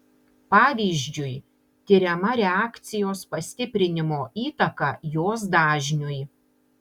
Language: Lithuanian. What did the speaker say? pavyzdžiui tiriama reakcijos pastiprinimo įtaka jos dažniui